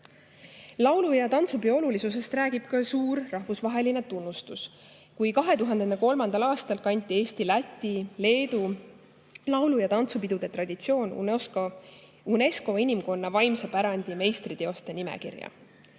Laulu- ja tantsupeo olulisusest räägib suur rahvusvaheline tunnustus. 2003. aastal kanti Eesti, Läti ja Leedu laulu- ja tantsupidude traditsioon UNESCO inimkonna vaimse pärandi meistriteoste nimekirja.